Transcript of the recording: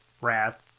Wrath